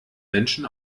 menschen